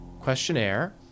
questionnaire